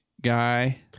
guy